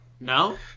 No